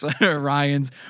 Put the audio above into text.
Ryan's